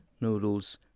noodles